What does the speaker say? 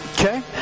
okay